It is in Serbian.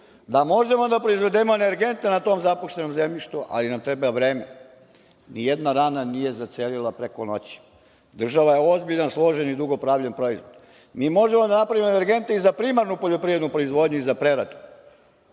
da možemo da proizvedemo energente na tom zapuštenom zemljištu, ali nam treba vreme. Nijedna rana nije zacelila preko noći. Država je ozbiljan, složen i dugo pravljen proizvod. Mi možemo da napravimo energente i za primarnu poljoprivrednu proizvodnju i za preradu.